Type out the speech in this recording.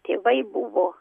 tėvai buvo